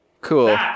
Cool